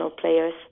players